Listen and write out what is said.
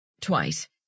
Twice